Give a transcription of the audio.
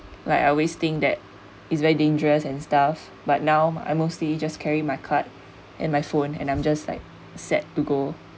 like I always think that it's very dangerous and stuff but now I mostly just carry my card and my phone and I'm just like set to go